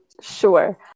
Sure